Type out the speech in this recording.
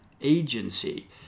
agency